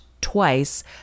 twice